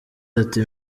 ati